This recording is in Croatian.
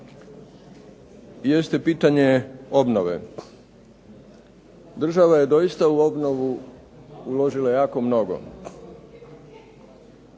jeste pitanje obnove. Država je doista u obnovu uložila jako mnogo.